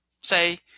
say